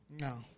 No